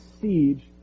siege